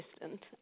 assistant